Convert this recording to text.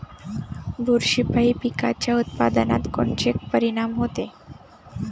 बुरशीपायी पिकाच्या उत्पादनात कोनचे परीनाम होते?